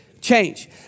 change